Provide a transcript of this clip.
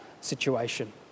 situation